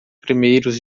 primeiros